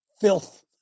filth